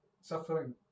suffering